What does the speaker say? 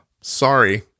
sorry